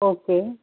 okay